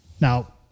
Now